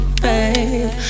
babe